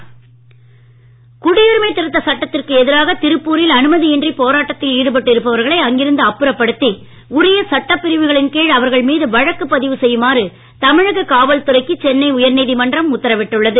சென்னை நீதிமன்றம் குடியுரிமை திருத்த சட்டத்திற்கு எதிராக திருப்பூரில் அனுமதியின்றி போராட்டத்தில் ஈடுபட்டு இருப்பவர்களை அங்கிருந்து அப்புறப்படுத்தி உரிய சட்டப் பிரிவுகளின் கீழ் அவர்கள் மீது வழக்கு பதிவு செய்யுமாறு தமிழக காவல்துறைக்கு சென்னை உயர்நீதிமன்றம் உத்தரவிட்டுள்ளது